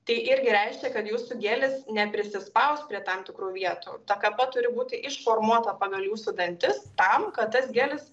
tai irgi reiškia kad jūsų gelis neprisispaus prie tam tikrų vietų ta kapa turi būti išformuota pagal jūsų dantis tam kad tas gelis